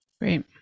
Great